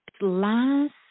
Last